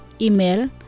Email